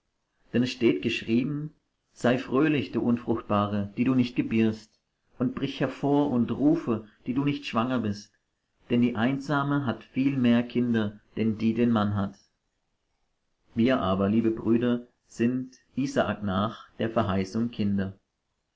denn es steht geschrieben sei fröhlich du unfruchtbare die du nicht gebierst und brich hervor und rufe die du nicht schwanger bist denn die einsame hat viel mehr kinder denn die den mann hat wir aber liebe brüder sind isaak nach der verheißung kinder